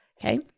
Okay